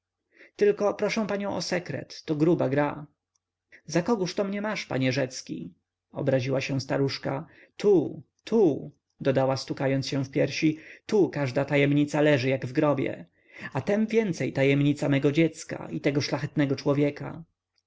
tylko proszę panią o sekret to gruba gra za kogóżto mnie masz panie rzecki obraziła się staruszka tu tu dodała stukając się w piersi tu każda tajemnica leży jak w grobie a temwięcej tajemnica mego dziecka i tego szlachetnego człowieka